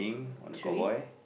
three